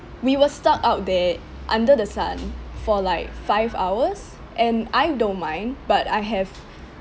we were stuck out there under the sun for like five hours and I don't mind but I have